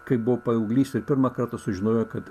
kai buvau paauglystėj pirmą kartą sužinojo kad